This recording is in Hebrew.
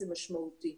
זה משמעותי.